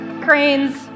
Cranes